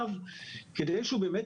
ואם היו מתים